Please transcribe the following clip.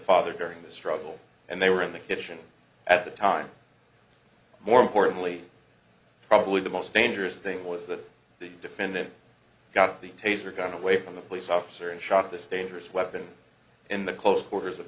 father during the struggle and they were in the kitchen at the time more importantly probably the most dangerous thing was that the defendant got the taser gun away from the police officer and shot this dangerous weapon in the close quarters of